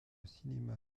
cinéma